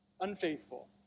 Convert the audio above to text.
unfaithful